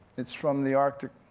it's from the arctic,